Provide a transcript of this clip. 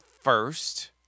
first